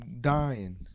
dying